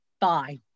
Bye